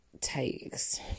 takes